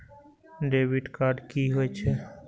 Debit card की होय छेय?